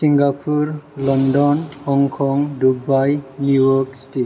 Singapore London हंखं Dubai New York सिथि